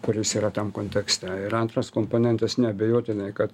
kuris yra tam kontekste ir antras komponentas neabejotinai kad